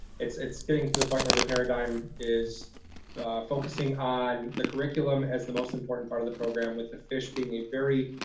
it's it's getting to the point where the paradigm is focusing on the curriculum as the most important part of the program, with the fish being a very,